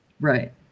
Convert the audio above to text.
Right